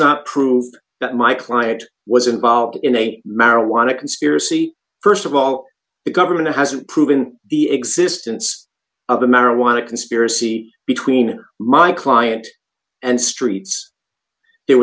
not prove that my client was involved in a marijuana conspiracy st of all the government hasn't proven the existence of the marijuana conspiracy between my client and streets there